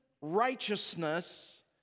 righteousness